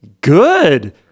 Good